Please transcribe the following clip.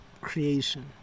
creation